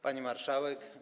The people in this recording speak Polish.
Pani Marszałek!